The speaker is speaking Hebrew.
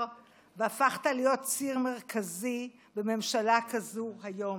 והפכת להיות ציר מרכזי בממשלה כזו היום.